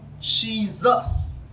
jesus